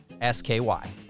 S-K-Y